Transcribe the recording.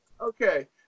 okay